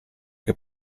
che